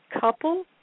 couple